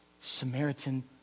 Samaritan